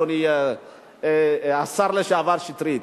אדוני השר לשעבר שטרית.